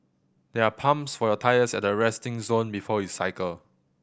there are pumps for your tyres at the resting zone before you cycle